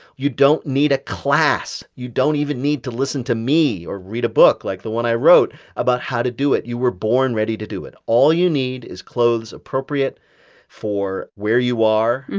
you don't need a class. you don't even need to listen to me or read a book, like the one i wrote, about how to do it. you were born ready to do it. all you need is clothes appropriate for where you are.